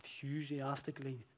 enthusiastically